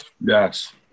yes